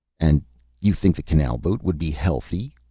and you think the canal-boat would be healthy?